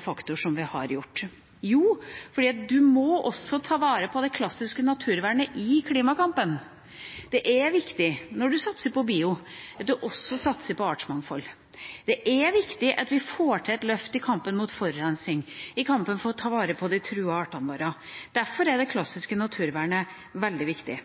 faktor som vi har gjort? Jo, fordi en også må ta vare på det klassiske naturvernet i klimakampen. Det er viktig når en satser på «bio», at en også satser på artsmangfold. Det er viktig at vi får til et løft i kampen mot forurensning, i kampen for å ta vare på de truede artene våre. Derfor er det klassiske naturvernet veldig viktig.